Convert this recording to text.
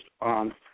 on